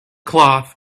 cloth